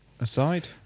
Aside